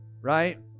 Right